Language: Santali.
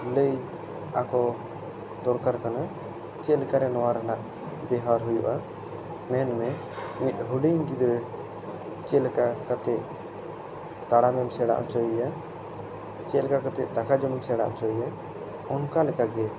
ᱞᱟᱹᱭ ᱟᱠᱚ ᱫᱚᱨᱠᱟᱨ ᱠᱟᱱᱟ ᱪᱮᱫ ᱞᱮᱠᱟ ᱨᱮ ᱱᱚᱣᱟ ᱨᱮᱱᱟᱜ ᱵᱮᱣᱦᱟᱨ ᱦᱩᱭᱩᱜᱼᱟ ᱢᱮᱱ ᱢᱮ ᱢᱤᱫ ᱦᱩᱰᱤᱧ ᱜᱤᱫᱽᱨᱟ ᱪᱮᱫ ᱞᱮᱠᱟ ᱠᱟᱛᱮᱜ ᱛᱟᱲᱟᱢ ᱮᱢ ᱥᱮᱬᱟ ᱚᱪᱚᱭᱮᱭᱟ ᱪᱮᱫ ᱞᱮᱠᱟ ᱠᱟᱛᱮᱜ ᱫᱟᱠᱟ ᱡᱚᱢ ᱮᱢ ᱥᱮᱬᱟ ᱚᱪᱚᱭᱮᱭᱟ ᱚᱱᱠᱟ ᱞᱮᱠᱟ ᱜᱮ